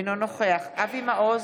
אינו נוכח אבי מעוז,